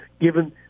given